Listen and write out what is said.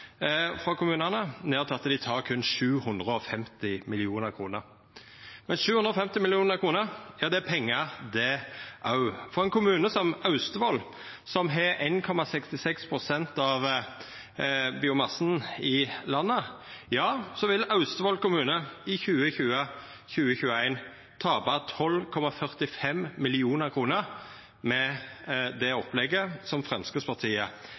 frå kommunane ned til at dei tek berre 750 mill. kr. Men 750 mill. kr er pengar det òg. Ein kommune som Austevoll, som har 1,66 pst. av biomassen i landet, vil i 2020–2021 tapa 12,45 mill. kr med det opplegget som Framstegspartiet